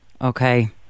Okay